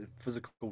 physical